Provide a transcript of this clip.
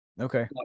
Okay